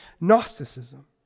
Gnosticism